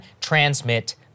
transmit